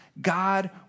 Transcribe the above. God